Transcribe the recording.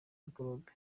mikorobe